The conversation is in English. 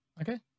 okay